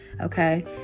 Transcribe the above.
Okay